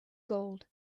gold